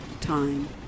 time